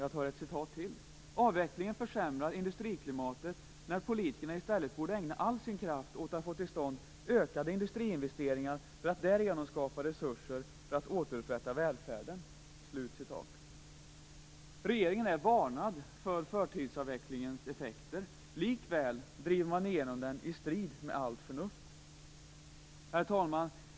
Vidare säger man: Avvecklingen försämrar industriklimatet när politikerna i stället borde ägna all sin kraft åt att få till stånd ökade industriinvesteringar för att därigenom skapa resurser för att återupprätta välfärden. Regeringen är varnad för en förtida avvecklings effekter. Likväl driver man igenom den i strid mot allt förnuft. Herr talman!